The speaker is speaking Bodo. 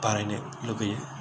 बारायनो लुबैयो